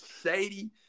Sadie